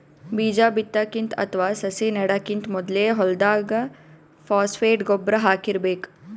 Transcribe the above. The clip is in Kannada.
ಬೀಜಾ ಬಿತ್ತಕ್ಕಿಂತ ಅಥವಾ ಸಸಿ ನೆಡಕ್ಕಿಂತ್ ಮೊದ್ಲೇ ಹೊಲ್ದಾಗ ಫಾಸ್ಫೇಟ್ ಗೊಬ್ಬರ್ ಹಾಕಿರ್ಬೇಕ್